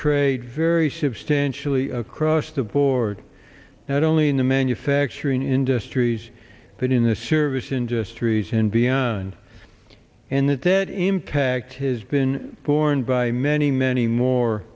trade very substantially across the board not only in the manufacturing industries but in the service industries and beyond and the debt impact has been borne by many many more